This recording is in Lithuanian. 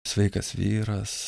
sveikas vyras